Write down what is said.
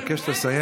גירעון,